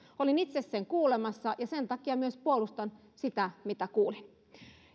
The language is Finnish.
olin itse sen kuulemassa ja sen takia myös puolustan sitä mitä kuulin